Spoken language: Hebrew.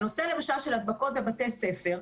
נושא למשל של הדבקות בבתי ספר,